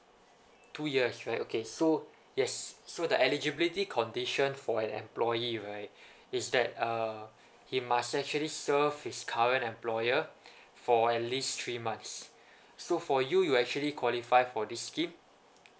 two years right okay so yes so the eligibility condition for an employee right is that uh he must actually serve his current employer for at least three months so for you you actually qualify for this scheme